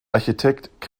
architekt